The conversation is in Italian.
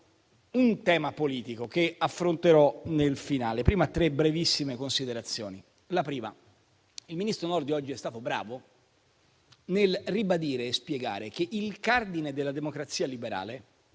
un tema politico, che affronterò nel finale. Prima faccio tre brevissime considerazioni. La prima: il ministro Nordio oggi è stato bravo nel ribadire e spiegare che il cardine della democrazia liberale